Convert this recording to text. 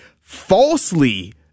falsely